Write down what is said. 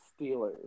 Steelers